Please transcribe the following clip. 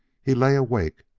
he lay awake,